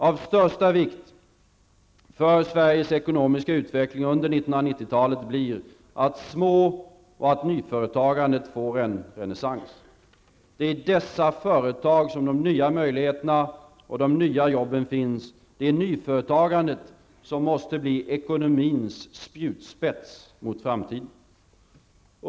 Av största vikt för Sveriges ekonomiska utveckling under 1990-talet blir att små och nyföretagandet får en renässans. Det är i dessa företag som de nya möjligheterna och de nya jobben finns. Det är nyföretagandet som måste bli ekonomins spjutspets mot framtiden.